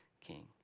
king